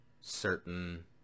certain